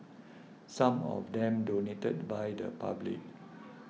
some of them donated by the public